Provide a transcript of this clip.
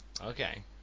Okay